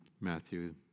Matthew